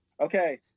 Okay